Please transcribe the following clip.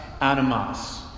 animas